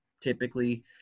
typically